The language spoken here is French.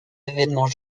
événements